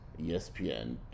ESPN